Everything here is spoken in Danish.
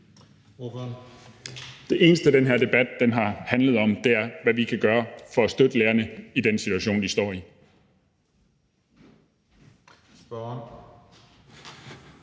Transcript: Det eneste, den her debat har handlet om, er, hvad vi kan gøre for at støtte lærerne i den situation, de står i. Kl.